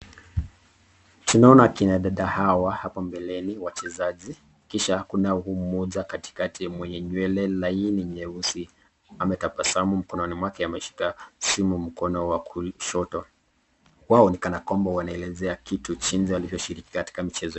Tunaona kina dada hawa hapo mbeleni wachezaji, kisha kuna huyu mmoja katikati mwenye nywele laini nyeusi, ametabasamu mkononi mwake ameshika simu mkono wa kushoto .Wao ni kana kwamba wanaelezea kitu jinsi walivyoshiriki katika michezo.